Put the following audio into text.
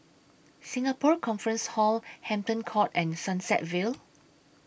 Singapore Conference Hall Hampton Court and Sunset Vale